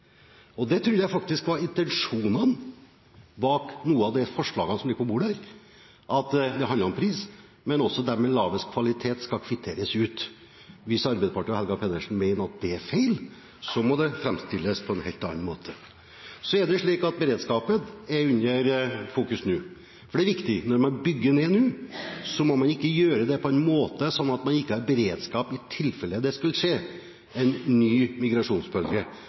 kvalitet.» Det trodde jeg faktisk var intensjonene bak noen av de forslagene som ligger på bordet her, at det handler om pris, men også at de med lavest kvalitet skal kvitteres ut. Hvis Arbeiderpartiet og Helga Pedersen mener at det er feil, må det framstilles på en helt annen måte. Så er det slik at beredskapen er i fokus nå. Det er viktig at når man bygger ned nå, må man ikke gjøre det på en slik måte at man ikke har beredskap i tilfelle det skulle komme en ny migrasjonsbølge.